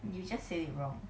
you just said it wrong